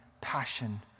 passion